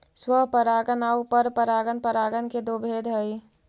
स्वपरागण आउ परपरागण परागण के दो भेद हइ